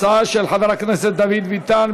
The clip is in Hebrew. הצעת חוק החברות הממשלתיות (תיקון,